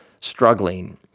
struggling